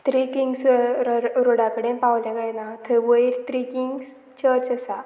three Kings रोडा कडेन पावलें कांय ना थंय वयर त्री किंग्स चर्च आसा